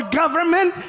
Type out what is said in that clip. government